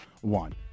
one